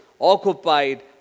occupied